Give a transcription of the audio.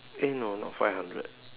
eh no not five hundred